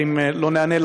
ואם לא ניענה,